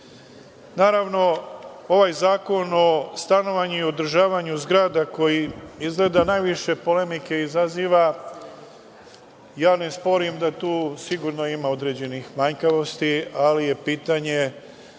ovaj Zakon o stanovanju i održavanju zgrada koji je izgleda najviše polemike izazvao, ja ne sporim da tu ima određenih manjkavosti, ali je pitanje